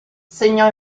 segnò